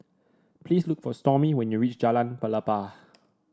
please look for Stormy when you reach Jalan Pelepah